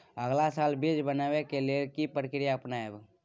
अगला साल बीज बनाबै के लेल के प्रक्रिया अपनाबय?